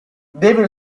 deve